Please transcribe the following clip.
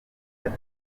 ati